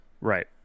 Right